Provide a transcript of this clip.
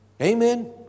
Amen